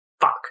fuck